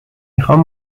میخوام